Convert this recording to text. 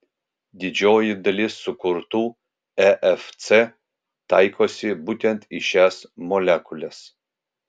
didžioji dalis sukurtų efc taikosi būtent į šias molekules